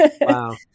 Wow